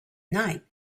night